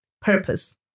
Purpose